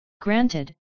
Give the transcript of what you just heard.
Granted